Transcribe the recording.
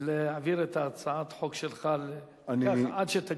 להעביר את הצעת החוק שלך, ככה, עד שתגיע.